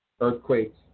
earthquakes